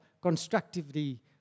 constructively